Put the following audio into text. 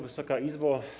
Wysoka Izbo!